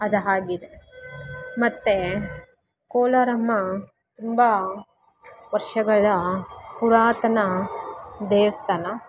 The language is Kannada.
ಅದು ಹಾಗಿದೆ ಮತ್ತು ಕೋಲಾರಮ್ಮ ತುಂಬ ವರ್ಷಗಳ ಪುರಾತನ ದೇವಸ್ಥಾನ